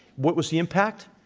what was the impact?